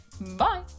Bye